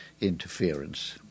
interference